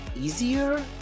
easier